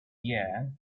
year